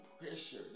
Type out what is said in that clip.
pressure